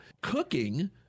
cooking